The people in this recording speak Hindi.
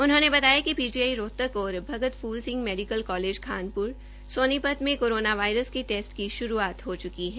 उन्होंने बताया कि पीजीआई रोहतक और भगत फूल सिंह मेडिकल कालेज खानप्र सोनीपत मे कोरोना वायरस के टेस्ट की शुरूआत हो चुकी है